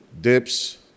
Dips